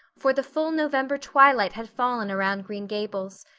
for the full november twilight had fallen around green gables,